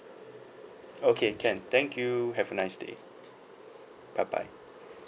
okay can thank you have a nice day bye bye